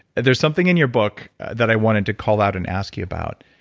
there's something in your book that i wanted to call out and ask you about.